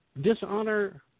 dishonor